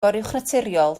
goruwchnaturiol